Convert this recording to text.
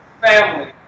family